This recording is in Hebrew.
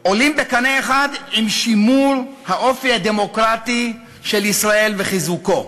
עולה בקנה אחד עם שימור האופי הדמוקרטי של ישראל וחיזוקו?